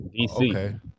DC